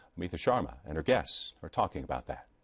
amita sharma and her guests are talking about that.